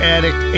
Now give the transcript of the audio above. Addict